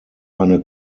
eine